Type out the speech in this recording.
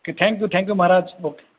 કે thank you thank you Maharaj okay